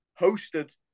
hosted